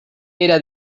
era